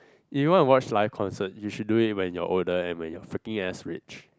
if you want to watch live concerts you should do it when you are older and you are freaking ass rich